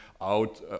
out